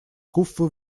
куффы